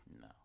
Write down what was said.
No